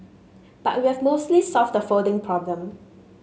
but we've mostly solved the folding problem